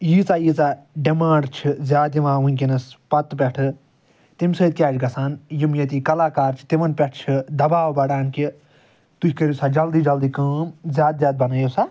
ییٖژاہ ییٖژاہ ڈِمانٛڈ چھِ زیاد یِوان وُنٛکیٚس پَتہٕ پٮ۪ٹھ تَمہِ سۭتۍ کیٛاہ چھُ گَژھان یِم ییٚتِکۍ کَلاکار چھِ تِمَن پٮ۪ٹھ چھُ دَباو بَڑھان کہِ تُہۍ کٔرِو سا جلدی جلدی کٲم زیاد زیاد بَنٲیِو سا